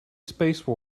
space